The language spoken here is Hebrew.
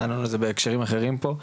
אמרו את זה בהקשרים אחרים פה,